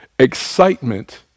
Excitement